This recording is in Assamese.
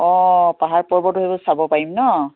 অঁ পাহাৰ পৰ্বত সেইবোৰ চাব পাৰিম ন